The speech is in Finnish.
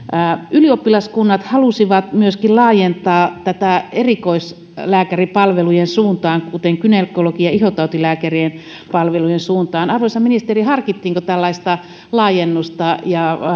ylioppilaskunnat halusivat laajentaa tätä myöskin erikoislääkäripalvelujen suuntaan kuten gynekologin ja ihotautilääkärin palvelujen suuntaan arvoisa ministeri harkittiinko tällaista laajennusta ja